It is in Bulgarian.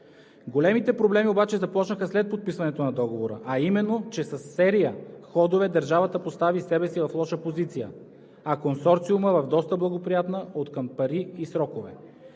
Големите проблеми обаче започнаха след подписването на договора, а именно, че със серия ходове държавата постави себе си в лоша позиция, а Консорциума – в доста благоприятна откъм пари и срокове.